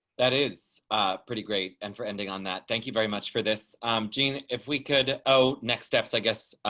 that is pretty great. and for ending on that. thank you very much for this gene. if we could oh next steps, i guess.